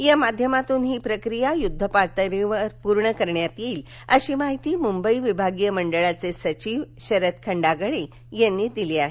या माध्यमातून ही प्रक्रिया युध्द पातळीवर पूर्ण करण्यात येईल अशी माहिती मुंबई विभागीय मंडळाचे सचिव शरद खंडागळे यांनी दिली आहे